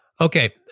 Okay